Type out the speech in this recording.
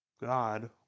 God